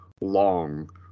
long